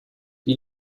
die